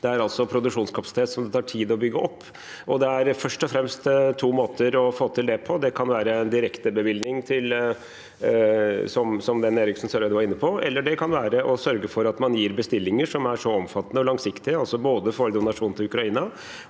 Det er altså produksjonskapasitet det tar tid å bygge opp, og det er først og fremst to måter å få til det på. Det kan være en direktebevilgning som den Eriksen Søreide var inne på, eller det kan være å sørge for at man gir bestillinger som er så omfattende og langsiktige – både for donasjon til Ukraina